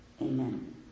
Amen